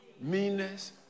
meanness